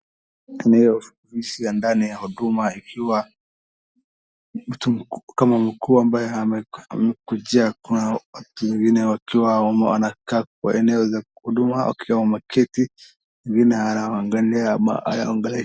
Eneo la ofisi ya ndani ya huduma ikiwa mtu kama mkuu ambaye amekuja kuna watu wengine wakiwa wamekaa kwenye eneo za huduma wakiwa wameketi. Wengine wanaangalia ama hawangalie.